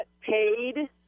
paid